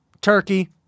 turkey